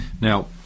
Now